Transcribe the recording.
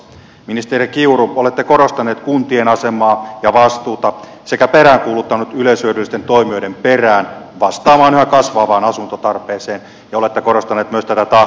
ministeri kiuru olette korostanut kuntien asemaa ja vastuuta sekä peräänkuuluttanut yleishyödyllisiä toimijoita vastaamaan yhä kasvavaan asuntotarpeeseen ja olette korostanut myös tätä tahtotilaa